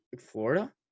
Florida